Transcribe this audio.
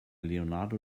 leonardo